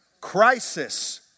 crisis